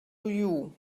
you